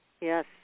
Yes